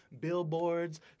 Billboards